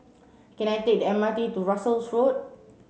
can I take the M R T to Russels Road